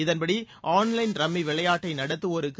இதன்படி online rummy விளையாட்டை நடத்துவோருக்கு